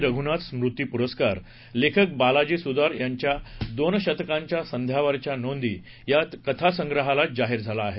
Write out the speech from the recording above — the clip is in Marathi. रघुनाथ स्मृती पुरस्कार लेखक बालाजी सुतार यांच्या दोन शतकांच्या सांध्यावरच्या नोंदी या कथासंग्रहाला जाहीर झाला आहे